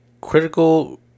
Critical